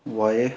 ꯋꯥꯏꯌꯦ